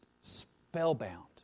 spellbound